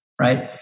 Right